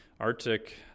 Arctic